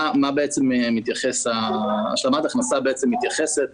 השלמת הכנסה מתייחסת